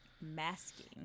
masking